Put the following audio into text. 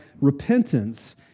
repentance